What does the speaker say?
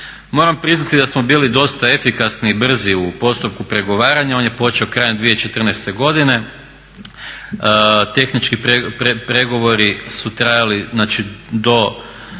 Moram priznati da smo bili dosta efikasni i brzi u postupku pregovaranja, on je počeo krajem 2014.godine, tehnički pregovori su trajali i